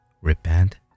repent